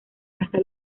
hasta